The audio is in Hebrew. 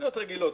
עגבניות רגילות.